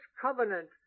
covenant